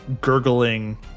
gurgling